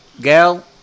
Gal